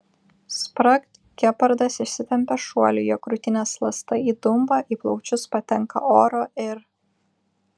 spragt gepardas išsitempia šuoliui jo krūtinės ląsta įdumba į plaučius patenka oro ir